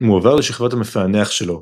מועבר לשכבת המפענח שלו,